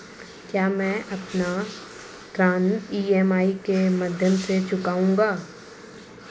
क्या मैं अपना ऋण ई.एम.आई के माध्यम से चुकाऊंगा?